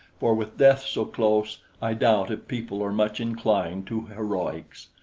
for with death so close, i doubt if people are much inclined to heroics.